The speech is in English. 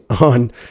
on